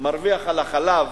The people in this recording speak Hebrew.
מרוויח על החלב